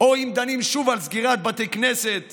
או אם דנים שוב על סגירת בתי כנסת